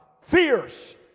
fierce